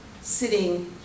sitting